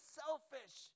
selfish